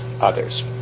others